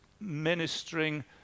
ministering